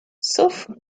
sauf